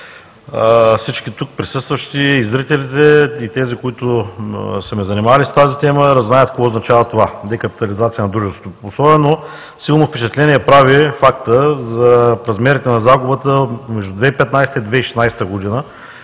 Всички тук присъстващи и зрителите, и тези, които са ме занимавали с тази тема знаят какво означава това – де капитализация на дружеството. Особено силно впечатление прави фактът, за размерите на загубата между 2015 г. и 2016 г.